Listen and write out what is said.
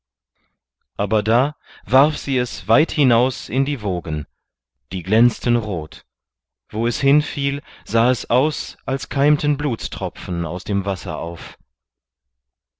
aber da warf sie es weit hinaus in die wogen die glänzten rot wo es hinfiel sah es aus als keimten blutstropfen aus dem wasser auf